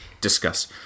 Discuss